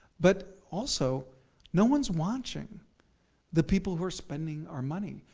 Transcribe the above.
but also no one's watching the people who are spending our money.